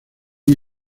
muy